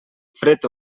fred